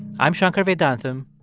i'm shankar vedantam.